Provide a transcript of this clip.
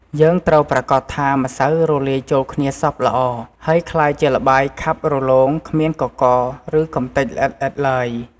យើងត្រូវប្រាកដថាម្សៅរលាយចូលគ្នាសព្វល្អ ហើយក្លាយជាល្បាយខាប់រលោង គ្មានកករ ឬកម្ទេចល្អិតៗឡើយ។